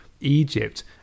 Egypt